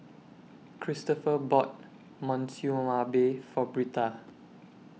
Christoper bought Monsunabe For Britta